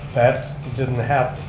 that didn't happen.